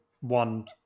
one